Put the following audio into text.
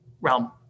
realm